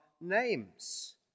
names